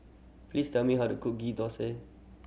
please tell me how to cook Ghee Thosai